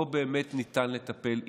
לא באמת ניתן לטפל.